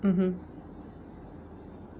mmhmm